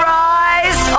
rise